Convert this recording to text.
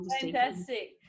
Fantastic